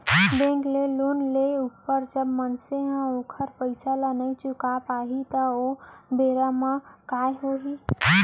bank ले loan लेय ऊपर जब मनसे ह ओखर पइसा ल नइ चुका पाही त ओ बेरा म काय होही